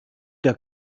der